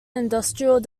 industrial